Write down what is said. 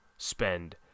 spend